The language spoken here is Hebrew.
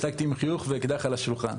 השגתי יותר עם חיוך ואקדח על השולחן.